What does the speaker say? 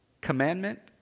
commandment